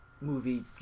movie